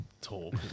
talk